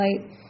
light